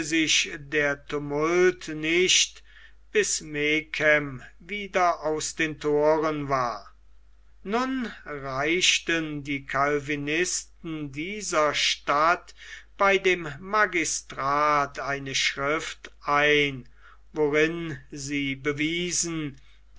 sich der tumult nicht bis megen wieder aus den thoren war nun reichten die calvinisten dieser stadt bei dem magistrat eine schrift ein worin sie bewiesen